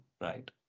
right